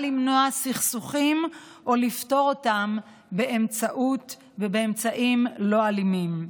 למנוע סכסוכים או לפתור אותם באמצעים לא אלימים.